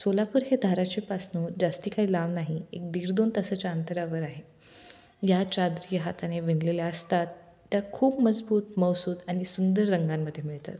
सोलापूर हे धाराशिव पासनं जास्ती काही लांब नाही एक दीड दोन तासाच्या अंतरावर आहे या चाादरी हाताने विणलेल्या असतात त्या खूप मजबूत मऊ सूत आणि सुंदर रंगांमध्ये मिळतात